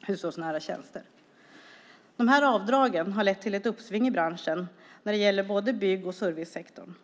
hushållsnära tjänster. Avdragen har lett till ett uppsving i branschen när det gäller både bygg och servicesektorn.